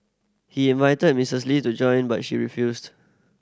he invited Misses Lee to join but she refused